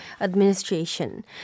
administration